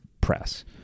press